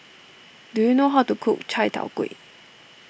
do you know how to cook Chai Tow Kuay